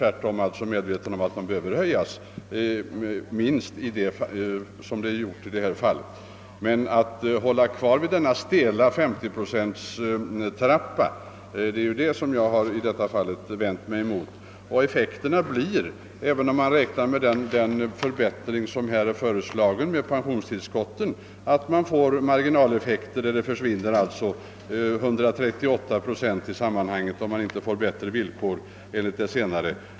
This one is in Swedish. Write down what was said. Tvärtom är jag medveten om att de behöver höjas minst lika mycket som det här är fråga om. Men jag har vänt mig mot det stela systemet med den här 50-procentstrappan. Resultatet blir, även om man räknar med den föreslagna förbättringen genom pensionstillskotten, att man i vissa fall får marginaleffekter då 138 procent går bort, om det inte skapas bättre villkor senare.